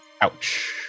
Ouch